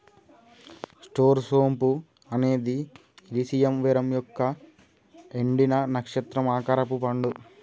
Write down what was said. star సోంపు అనేది illicium verum యొక్క ఎండిన, నక్షత్రం ఆకారపు పండు